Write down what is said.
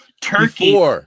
Turkey